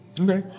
okay